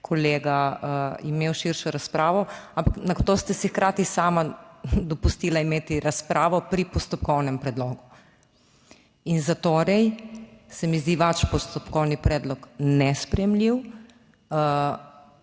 kolega imel širšo razpravo, ampak nato ste si hkrati sama dopustila imeti razpravo pri postopkovnem predlogu. In zatorej se mi zdi vaš postopkovni predlog nesprejemljiv